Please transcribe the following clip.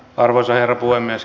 arvoisa herra puhemies